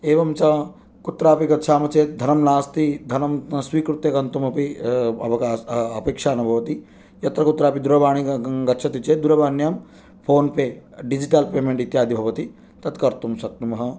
एवं च कुत्रापि गच्छामः चेत् धनं नास्ति धनं न स्वीकृत्य गन्तुमपि अवकाशः अपेक्षा न भवति यत्र कुत्रापि दूरवाणी गच्छति चेत् दूरवाण्यां फोनपे डिजिटल् पेमेण्ट् इत्यादि भवति तत् कर्तुं शक्नुमः